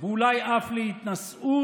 ואולי אף להתנשאות,